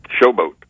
showboat